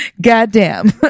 Goddamn